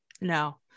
No